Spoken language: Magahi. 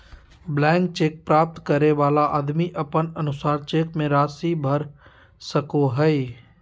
ब्लैंक चेक प्राप्त करे वाला आदमी अपन अनुसार चेक मे राशि भर सको हय